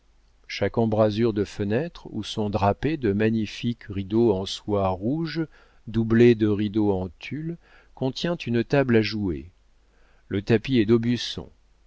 chaque embrasure de fenêtre où sont drapés de magnifiques rideaux en soie rouge doublés de rideaux en tulle contient une table à jouer le tapis est